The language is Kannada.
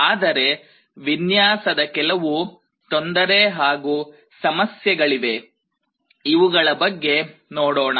ಆದರೆ ವಿನ್ಯಾಸದ ಕೆಲವು ತೊಂದರೆ ಹಾಗೂ ಸಮಸ್ಯೆಗಳಿವೆ ಇವುಗಳ ಬಗ್ಗೆ ನೋಡೋಣ